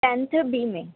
tenth B میں